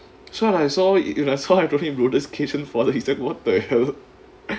so when I saw I saw him road occassion keyshen he said what the hell